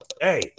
hey